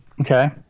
Okay